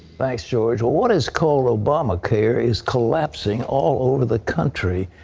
thanks, george. what is called obamacare is collapsing all over the country.